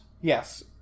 Yes